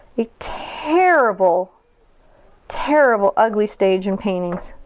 a terrible terrible ugly stage in paintings,